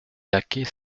laquais